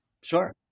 sure